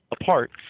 apart